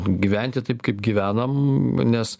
gyventi taip kaip gyvenam nes